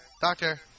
Doctor